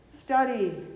study